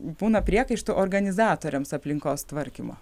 būna priekaištų organizatoriams aplinkos tvarkymo